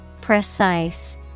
precise